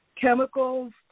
chemicals